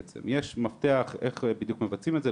יש מפתח איך בדיוק מבצעים את זה,